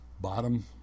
bottom